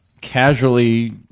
casually